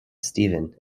stephen